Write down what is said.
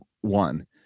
one